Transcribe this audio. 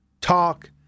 talk